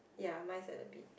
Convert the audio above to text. ya mine is at the beach